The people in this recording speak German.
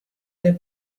der